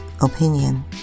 opinion